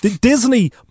Disney